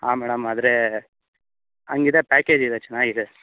ಹಾಂ ಮೇಡಮ್ ಆದ್ರೆ ಹಂಗಿದೆ ಪ್ಯಾಕೇಜ್ ಇದೆ ಚೆನ್ನಾಗಿದೆ